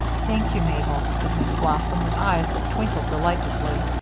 thank you, mabel, said miss blossom, with eyes that twinkled delightedly,